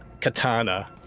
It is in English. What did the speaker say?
katana